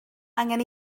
angen